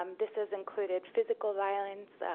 um this has included physical violence,